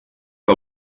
que